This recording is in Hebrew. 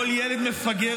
כל ילד מפגר,